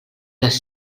les